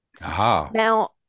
Now